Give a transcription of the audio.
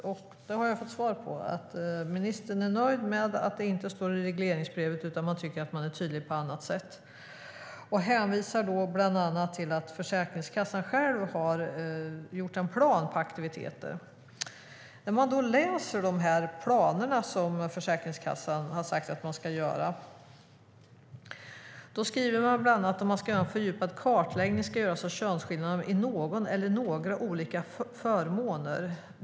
Jag har fått svaret att ministern är nöjd med att det inte står i regleringsbrevet och menar att man är tydlig på annat sätt. Han hänvisar bland annat till att Försäkringskassan själv har gjort en plan på aktiviteter. I planen skriver Försäkringskassan bland annat att en fördjupad kartläggning av könsskillnader i någon eller några olika förmåner ska göras.